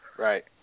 Right